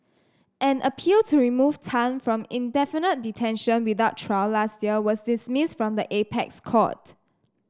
an appeal to remove Tan from indefinite detention without trial last year was dismissed by the apex court